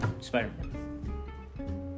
Spider-Man